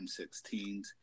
M16s